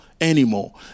anymore